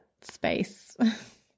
space